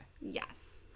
Yes